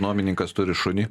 nuomininkas turi šunį